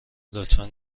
لطفا